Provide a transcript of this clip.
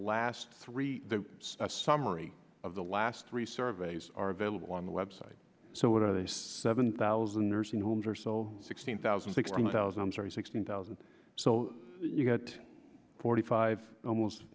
last three summary of the last three surveys are available on the web site so what are these seven thousand nursing homes or so sixteen thousand sixteen thousand i'm sorry sixteen thousand so you get forty five almost